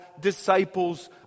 disciples